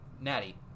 natty